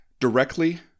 directly